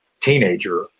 teenager